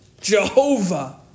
Jehovah